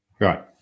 Right